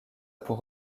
pour